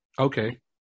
Okay